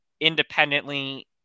independently